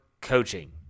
coaching